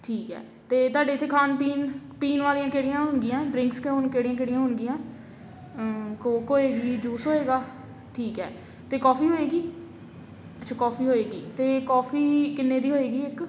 ਠੀਕ ਹੈ ਅਤੇ ਤੁਹਾਡੇ ਇੱਥੇ ਖਾਣ ਪੀਣ ਪੀਣ ਵਾਲੀਆਂ ਕਿਹੜੀਆਂ ਹੋਣਗੀਆਂ ਡਰਿੰਕਸ ਅਤੇ ਹੁਣ ਕਿਹੜੀਆਂ ਕਿਹੜੀਆਂ ਹੋਣਗੀਆਂ ਕੋਕ ਹੋਏਗੀ ਯੂਸ ਹੋਏਗਾ ਠੀਕ ਹੈ ਅਤੇ ਕੌਫੀ ਹੋਏਗੀ ਅੱਛਾ ਕੌਫੀ ਹੋਏਗੀ ਅਤੇ ਕੌਫੀ ਕਿੰਨੇ ਦੀ ਹੋਏਗੀ ਇੱਕ